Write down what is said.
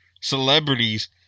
celebrities